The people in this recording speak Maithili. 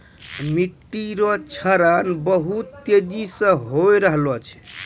मिट्टी रो क्षरण बहुत तेजी से होय रहलो छै